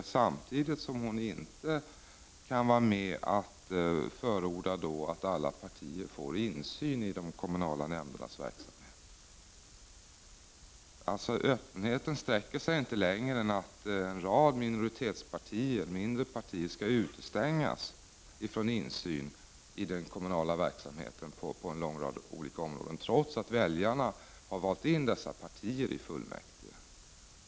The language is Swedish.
Men samtidigt kan hon inte vara med på att förorda att alla partier får insyn i de kommunala nämndernas verksamhet. Öppenheten sträcker sig alltså inte längre. En rad minoritetspartier, mindre partier, skall således utestängas från insyn i den kommunala verksamheten på en lång rad olika områden, trots att väljarna har valt in dessa partier i kommunfullmäktige.